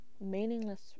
meaningless